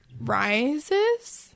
Rises